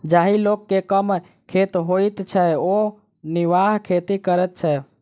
जाहि लोक के कम खेत होइत छै ओ निर्वाह खेती करैत छै